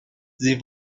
sie